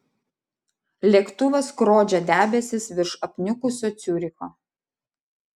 lėktuvas skrodžia debesis virš apniukusio ciuricho